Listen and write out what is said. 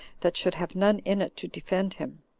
that should have none in it to defend him,